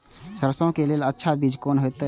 सरसों के लेल अच्छा बीज कोन होते?